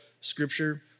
Scripture